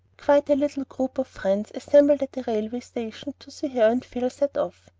quite a little group of friends assembled at the railway station to see her and phil set off.